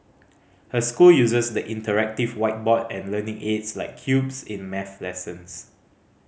her school uses the interactive whiteboard and learning aids like cubes in math lessons